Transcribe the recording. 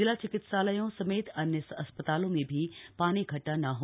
जिला चिकित्सालयों समेत अन्य अस्पतालों में भी पानी इकट्ठा न हो